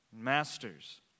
Masters